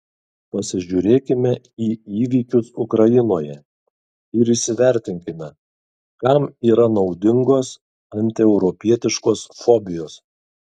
pasižiūrėkime į įvykius ukrainoje ir įsivertinkime kam yra naudingos antieuropietiškos fobijos